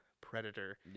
Predator